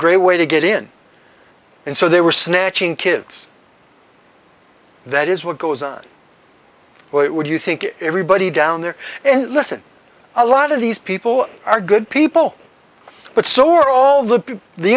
great way to get in and so they were snatching kids that is what goes on what would you think everybody down there and listen a lot of these people are good people but so are all the